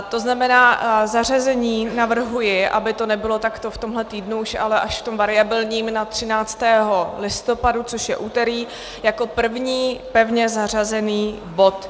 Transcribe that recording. To znamená, zařazení navrhuji, aby to nebylo takto v tomhle týdnu už, ale až v tom variabilním, na 13. listopadu, což je úterý, jako první pevně zařazený bod.